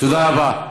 תודה רבה.